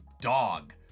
dog